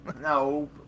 No